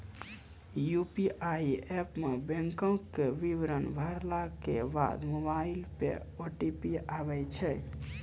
UPI app मे बैंको के विबरण भरला के बाद मोबाइल पे ओ.टी.पी आबै छै